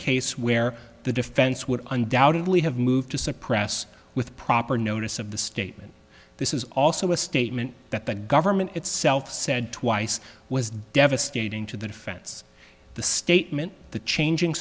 case where the defense would undoubtedly have moved to suppress with proper notice of the statement this is also a statement that the government itself said twice was devastating to the defense the statement the changing